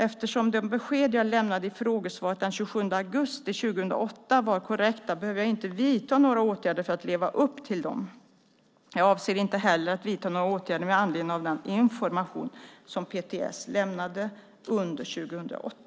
Eftersom de besked jag lämnade i frågesvaret den 27 augusti 2008 var korrekta behöver jag inte vidta några åtgärder för att leva upp till dem. Jag avser inte heller att vidta några åtgärder med anledning av den information som PTS lämnade under 2008.